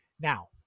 Now